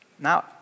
Now